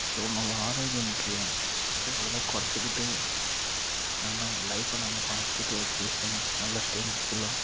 so நம்ம ஆரோக்கியம் முக்கியம் ஸோ அதில் குறைச்சிக்கிட்டு நம்ம லைஃப்பை நம்ம பார்த்துட்டு எக்ஸ்சைஸ் பண்ணி நல்ல ஸ்ட்ரென்த்ஃபுல்லாக